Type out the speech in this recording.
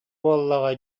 буоллаҕа